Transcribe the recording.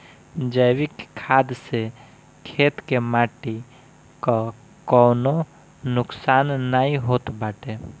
जैविक खाद से खेत के माटी कअ कवनो नुकसान नाइ होत बाटे